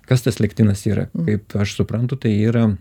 kas tas liktinas yra kaip aš suprantu tai yra